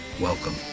welcome